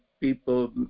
people